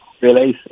realize